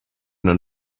una